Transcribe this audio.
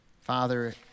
Father